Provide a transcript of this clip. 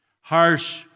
harsh